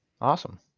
Awesome